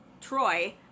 Troy